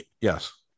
yes